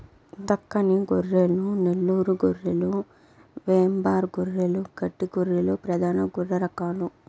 దక్కని గొర్రెలు, నెల్లూరు గొర్రెలు, వెంబార్ గొర్రెలు, గడ్డి గొర్రెలు ప్రధాన గొర్రె రకాలు